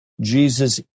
Jesus